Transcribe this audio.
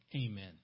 amen